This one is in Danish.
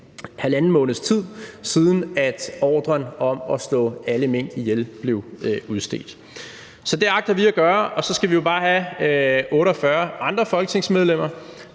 halvanden måneds tid, siden ordren om at slå alle mink ihjel blev udstedt. Så det agter vi at gøre, og så skal vi jo bare have 48 andre folketingsmedlemmer